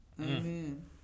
Amen